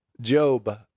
Job